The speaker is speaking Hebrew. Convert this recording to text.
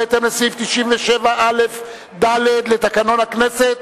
בהתאם לסעיף 97א(ד) לתקנון הכנסת,